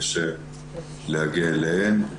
קשה להגיע אליהן.